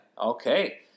Okay